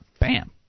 bam